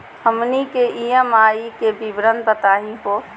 हमनी के ई.एम.आई के विवरण बताही हो?